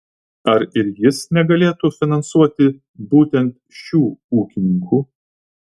ar ir jis negalėtų finansuoti būtent šių ūkininkų